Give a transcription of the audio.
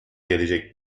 gelecek